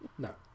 No